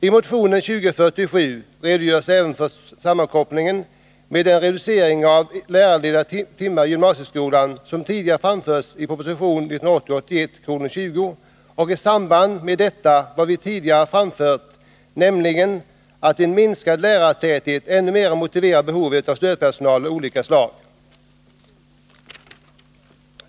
I motionen 2047 redogörs även för sammankopplingen med den reducering av lärarledda timmar i gymnasieskolan som tidigare föreslagits i proposition 1980/81:20 och i samband med detta vad vi tidigare framfört, nämligen att en minskad lärartäthet ännu mer motiverar stödpersonal av olika slag.